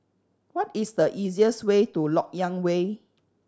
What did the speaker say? what is the easiest way to Lok Yang Way